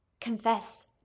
confess